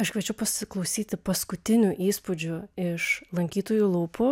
aš kviečiu pasiklausyti paskutinių įspūdžių iš lankytojų lūpų